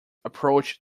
approach